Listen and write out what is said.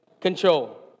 control